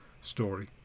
story